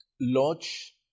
lodge